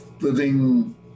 living